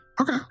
Okay